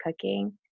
cooking